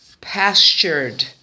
pastured